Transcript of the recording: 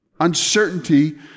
Uncertainty